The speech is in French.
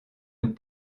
nous